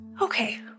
Okay